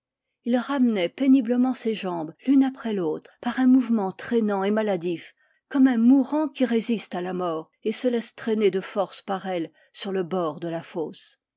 il ramenait péniblement ses jambes l'une après l'autre par un mouvement traînant et maladif comme un mourant qui résiste à la mort et se laisse traîner de force par elle sur le bord de la fosse